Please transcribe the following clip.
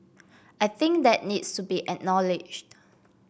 I think that needs to be acknowledged